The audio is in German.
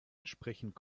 entsprechend